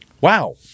Wow